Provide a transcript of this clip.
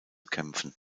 kämpfen